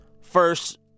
First